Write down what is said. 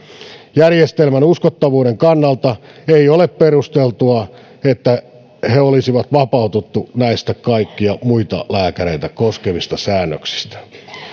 järjestelmän uskottavuuden kannalta ei ole perusteltua että he he olisivat vapautettuja näistä kaikkia muita lääkäreitä koskevista säännöksistä